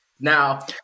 Now